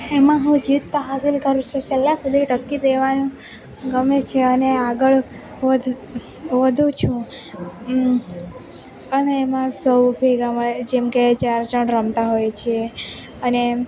એમાં હું જીત તો હાંસિલ કરું છું છેલ્લે સુધી ટકી રહેવાનું ગમે છે અને આગળ વધુ છું અને એમાં સૌ ભેગા મળે જેમકે ચાર જણ રમતા હોઇ છીએ અને એમ